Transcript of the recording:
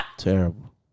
Terrible